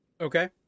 Okay